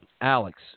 Alex